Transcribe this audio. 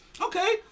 Okay